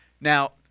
Now